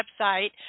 website